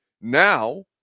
now